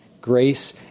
grace